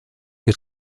que